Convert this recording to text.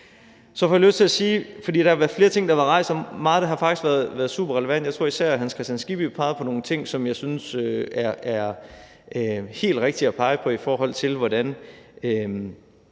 flere af de ting, der har været rejst, at meget af det har været superrelevant. Jeg tror, at især hr. Hans Kristian Skibby pegede på nogle ting, som jeg synes det er helt rigtigt at pege på, og det er, i forhold til hvordan